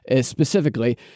specifically